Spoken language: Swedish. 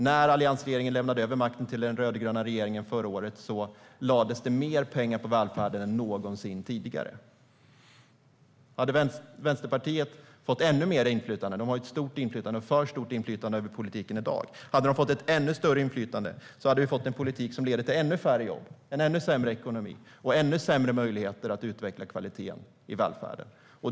När alliansregeringen förra året lämnade över makten till den rödgröna regeringen lades det mer pengar på välfärden än någonsin tidigare. Vänsterpartiet har i dag stort inflytande över politiken, för stort. Om de hade fått ännu större inflytande skulle vi ha fått en politik som lett till ännu färre jobb, ännu sämre ekonomi och ännu sämre möjligheter att utveckla kvaliteten i välfärden.